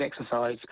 Exercise